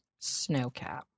Snowcap